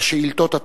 בשאילתות הדחופות.